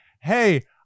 hey